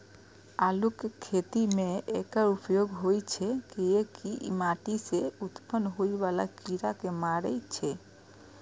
आलूक खेती मे एकर उपयोग होइ छै, कियैकि ई माटि सं उत्पन्न होइ बला कीड़ा कें मारै छै